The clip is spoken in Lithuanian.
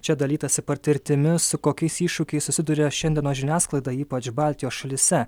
čia dalytasi patirtimi su kokiais iššūkiais susiduria šiandienos žiniasklaida ypač baltijos šalyse